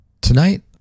Tonight